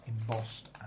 embossed